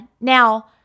now